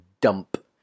dump